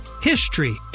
HISTORY